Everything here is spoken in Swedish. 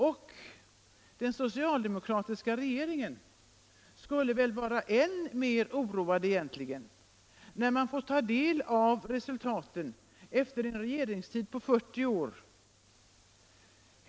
Och den socialdemokratiska regeringen borde väl vara än mer oroad över resultaten efter en regeringstid på 40 år.